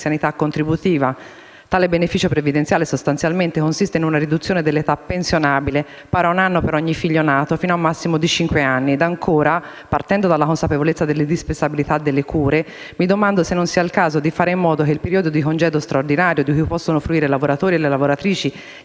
Sostanzialmente, tale beneficio previdenziale consiste in una riduzione dell'età pensionabile pari a un anno per ogni figlio nato, fino a un massimo di cinque anni. Inoltre, partendo dalla consapevolezza dell'indispensabilità delle cure, mi domando se non sia il caso di fare in modo che il periodo di congedo straordinario, di cui possono fruire i lavoratori e le lavoratrici